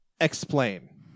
Explain